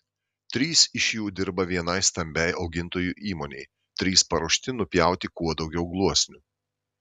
trys iš jų dirba vienai stambiai augintojų įmonei trys paruošti nupjauti kuo daugiau gluosnių